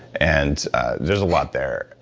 and there's a lot there.